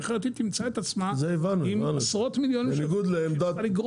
כי אחרת היא תמצא את עצמה עם עשרות מיליונים שהיא צריכה לגרוס.